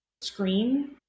screen